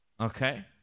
Okay